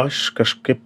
aš kažkaip